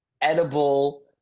edible